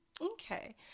Okay